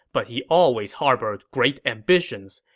but he always harbored great ambitions.